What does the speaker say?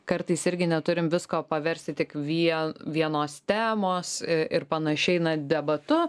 kartais irgi neturim visko paversti tik vie vienos temos ir panašiai na debatu